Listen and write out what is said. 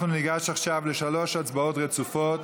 אנחנו ניגש עכשיו לשלוש הצבעות רצופות.